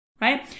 right